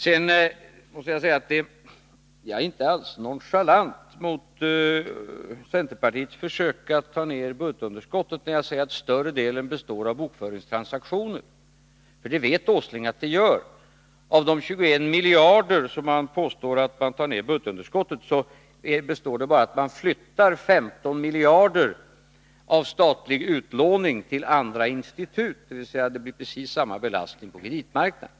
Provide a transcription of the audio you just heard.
Sedan vill jag säga att jag inte alls är nonchalant mot centerpartiets sätt att försöka minska budgetunderskottet när jag säger att större delen av förslagen består av bokföringstransaktioner. Nils Åsling vet att det förhåller sig så. Av de 21 miljarder som man påstår sig minska budgetunderskottet med motsvaras 15 miljarder av förslag där man flyttar statlig upplåning till andra institut, dvs. det blir precis samma belastning på kreditmarknaden.